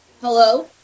Hello